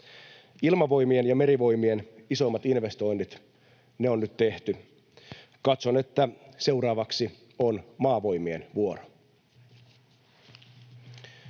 Ilmavoimien ja Merivoimien isoimmat investoinnit on nyt tehty. Katson, että seuraavaksi on Maavoimien vuoro.